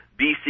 BC